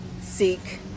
seek